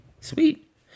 sweet